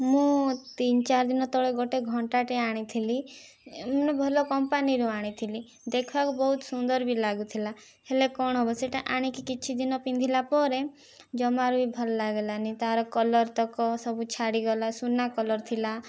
ମୁଁ ତିନି ଚାରି ଦିନି ତଳେ ଗୋଟିଏ ଘଣ୍ଟାଟିଏ ଆଣିଥିଲି ଭଲ କମ୍ପାନୀର ଆଣିଥିଲି ଦେଖିବାକୁ ବହୁତୁ ସୁନ୍ଦର ବି ଲାଗୁଥିଲା ହେଲେ କଣ ହେବ ସେଇଟା ଆଣିକି କିଛି ଦିନ ପିନ୍ଧିଲା ପରେ ଜମାରୁ ବି ଭଲ ଲାଗିଲାନି ତାର କଲରତକ ସବୁ ଛାଡ଼ି ଗଲା ସୁନା କଲର ଥିଲା